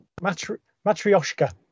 Matryoshka